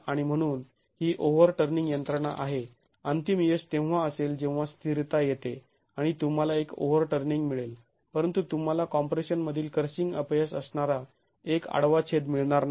आणि म्हणून ही ओव्हरटर्निंग यंत्रणा आहे अंतिम यश तेव्हा असेल जेव्हा स्थिरता येते आणि तुम्हाला एक ओव्हरटर्निंग मिळेल परंतु तुम्हाला कॉम्प्रेशनमधील क्रशिंग अपयश असणारा एक आडवा छेद मिळणार नाही